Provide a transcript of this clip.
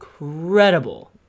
incredible